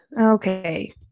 Okay